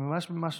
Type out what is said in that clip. אני ממש ממש